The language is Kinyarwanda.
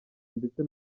ndetse